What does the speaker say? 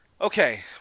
Okay